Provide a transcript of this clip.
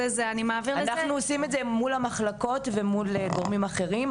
אנחנו עושים את זה מול המחלקות ומול גורמים אחרים,